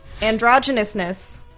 Androgynousness